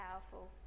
powerful